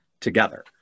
together